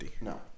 no